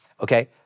okay